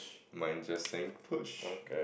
mine's just saying push